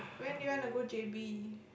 when do you want to go j_b